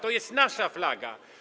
To jest nasza flaga.